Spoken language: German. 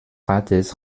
rates